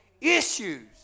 issues